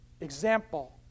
example